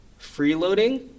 freeloading